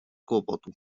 kłopotu